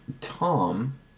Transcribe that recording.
Tom